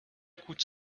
coûte